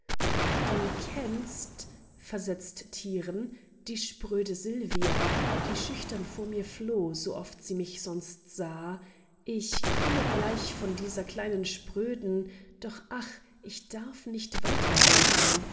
du kennst versetzt tiren die spröde sylvia die schüchtern vor mir floh sooft sie mich sonst sah ich komme gleich von dieser kleinen spröden doch ach ich darf nicht